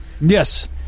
Yes